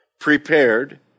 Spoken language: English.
prepared